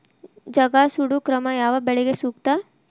ಜಗಾ ಸುಡು ಕ್ರಮ ಯಾವ ಬೆಳಿಗೆ ಸೂಕ್ತ?